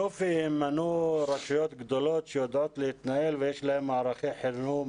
יש רשויות גדולות שיודעות להתנהל ויש להם מערכי חירום